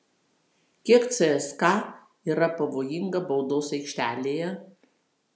kiek cska yra pavojinga baudos aikštelėje